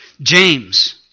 James